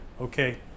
okay